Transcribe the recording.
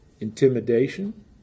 Intimidation